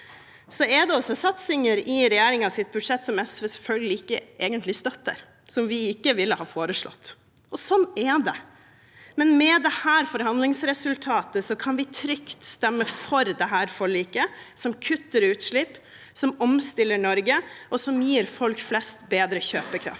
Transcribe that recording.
Det er også satsinger i regjeringens budsjett som SV selvfølgelig ikke egentlig støtter, som vi ikke ville ha foreslått, og sånn er det, men med dette forhandlingsresultatet kan vi trygt stemme for forliket, som kutter utslipp, som omstiller Norge, og som gir folk flest bedre kjøpekraft.